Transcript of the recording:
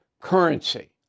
currency